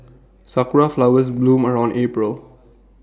Sakura Flowers bloom around April